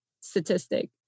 statistic